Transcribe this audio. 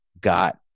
got